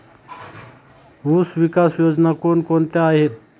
ऊसविकास योजना कोण कोणत्या आहेत?